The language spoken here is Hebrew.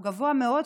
או גבוה מאוד,